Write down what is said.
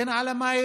הן על המים,